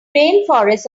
rainforests